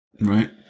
Right